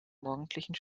morgendlichen